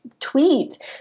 tweet